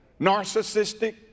narcissistic